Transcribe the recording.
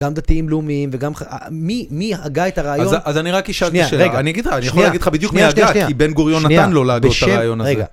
גם דתיים לאומיים וגם חר..,מי מי הגה את הרעיון? אז אז אני רק אשאל, שניה רגע, את השאלה. אני אגיד לך, שניה, אני יכול להגיד לך בדיוק, שניה שניה שניה, מי הגה כי בן גוריון, שניה, נתן לו להגות את הרעיון הזה, רגע.